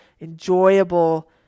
enjoyable